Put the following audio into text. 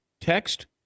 text